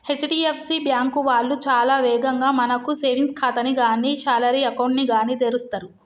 HDFC bank వాళ్ళు చాలా వేగంగా మనకు సేవింగ్స్ ఖాతాని గానీ శాలరీ అకౌంట్ ని గానీ తెరుస్తరు